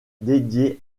dédié